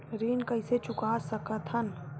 ऋण कइसे चुका सकत हन?